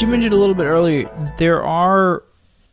you mentioned a little bit earlier, there are